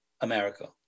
America